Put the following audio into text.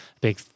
big